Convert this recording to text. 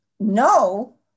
No